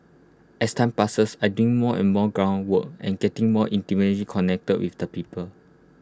as time passes I doing more and more ground work and getting more intimately connected with the people